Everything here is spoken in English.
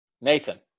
Nathan